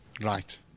right